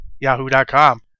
Yahoo.com